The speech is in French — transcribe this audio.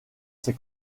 ces